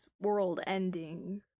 world-ending